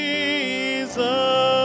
Jesus